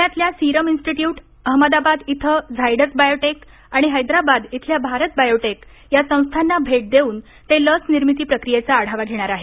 पुण्यातल्या Serum Institute Ahmedabad इथं Zydus Biotech आणि हैदराबाद इथल्या भारत बायोटेक या संस्थांना भेट देऊन ते लस निर्मिती प्रक्रियेचा आढावा घेणार आहेत